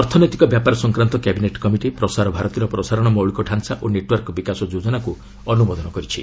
ଅର୍ଥନୈତିକ ବ୍ୟାପାର ସଂକ୍ରାନ୍ତ କ୍ୟାବିନେଟ୍ କମିଟି ପ୍ରସାର ଭାରତୀର ପ୍ରସାରଣ ମୌଳିକ ଢ଼ାଞ୍ଚା ଓ ନେଟ୍ୱାର୍କ ବିକାଶ ଯୋଜନାକୁ ଅନୁମୋଦନ କରିଛି